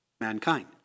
mankind